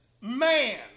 man